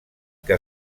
que